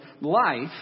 life